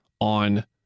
on